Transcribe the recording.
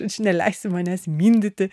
aš neleisiu manęs mindyti